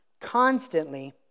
Constantly